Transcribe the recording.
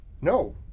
No